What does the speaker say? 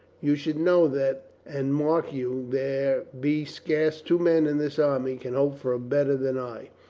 you should know that. and mark you, there be scarce two men in this army can hope for better than i.